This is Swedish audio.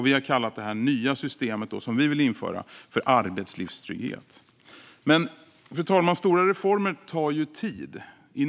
Vi kallar det nya system som vi vill införa för arbetslivstrygghet. Fru talman! Men stora reformer tar tid.